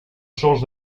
sols